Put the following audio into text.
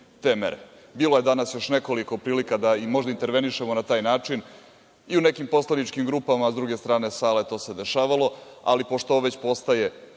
Bilo je danas još nekoliko prilika da možda intervenišemo na taj način, i u nekim poslaničkim grupama, a s druge strane sale to se dešavalo, ali pošto ovo već postaje